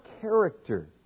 character